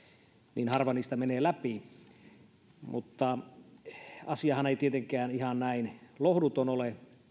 niin harva niistä menee läpi mutta asiahan ei tietenkään ihan näin lohduton ole